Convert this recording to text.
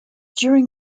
during